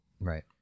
Right